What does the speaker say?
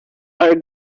are